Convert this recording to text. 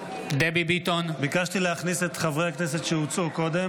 אינה נוכחת מיכאל מרדכי ביטון,